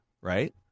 right